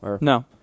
No